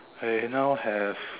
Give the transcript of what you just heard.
I now have